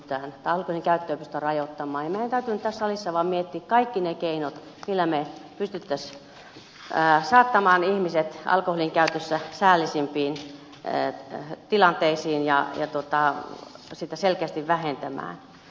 meidän täytyy nyt tässä salissa vaan miettiä kaikki ne keinot millä me pystyisimme saattamaan ihmiset alkoholinkäytössä säällisempiin tilanteisiin ja sitä selkeästi vähentämään